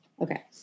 Okay